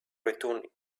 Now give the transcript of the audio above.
return